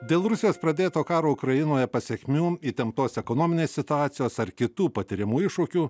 dėl rusijos pradėto karo ukrainoje pasekmių įtemptos ekonominės situacijos ar kitų patiriamų iššūkių